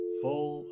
full